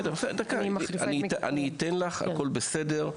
אני אתן לך, הכול בסדר.